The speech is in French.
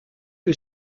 que